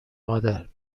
مادر